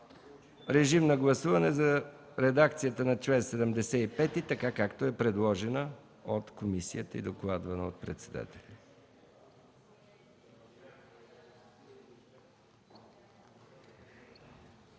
Гласуваме редакцията на чл. 75, така както е предложена от комисията, и докладвана от председателя